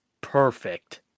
perfect